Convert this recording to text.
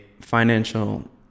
financial